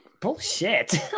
Bullshit